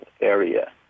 area